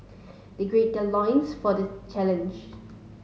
they greed their loins for this challenge